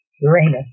Uranus